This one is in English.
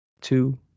two